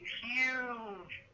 huge